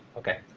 ok.